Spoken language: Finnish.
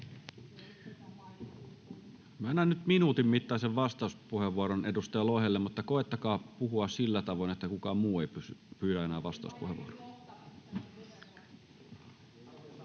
Myönnän nyt minuutin mittaisen vastauspuheenvuoron edustaja Lohelle, mutta koettakaa puhua sillä tavoin, että kukaan muu ei pyydä enää vastauspuheenvuoroa.